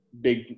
big